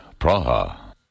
Praha